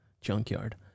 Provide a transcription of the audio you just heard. junkyard